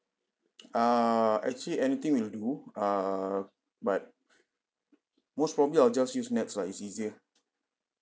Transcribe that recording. err actually anything will do err but most probably I'll just use NETS lah it's easier